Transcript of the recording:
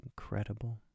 incredible